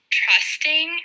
trusting